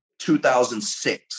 2006